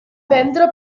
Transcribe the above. vendre